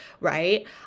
Right